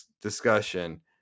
discussion